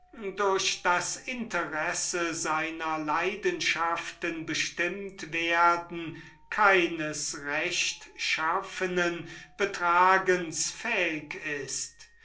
durch das interesse seiner eigennützigen leidenschaften bestimmt wird keines rechtschaffenen betragens fähig ist